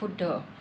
শুদ্ধ